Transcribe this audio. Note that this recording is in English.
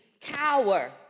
cower